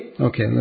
Okay